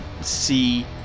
see